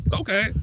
Okay